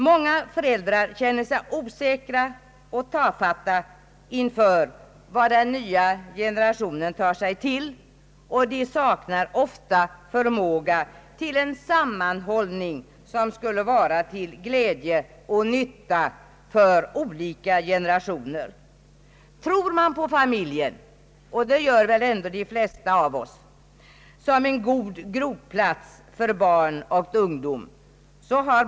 Många föräldrar känner sig osäkra och tafatta inför vad den nya generationen tar sig till, och de saknar ofta förmåga till den sammanhållning som skulle vara till glädje och nytta för olika generationer. Tror man på familjen — och det gör väl ändå de flesta av oss — som en god groplats för barn och ungdom har.